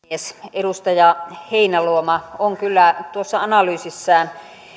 edustaja heinäluoma on kyllä tuossa analyysissään